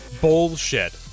bullshit